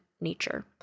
Nature